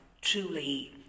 truly